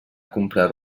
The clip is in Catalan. comprar